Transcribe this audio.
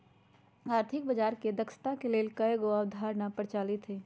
आर्थिक बजार के दक्षता के लेल कयगो अवधारणा प्रचलित हइ